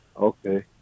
Okay